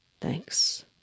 Thanks